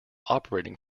operating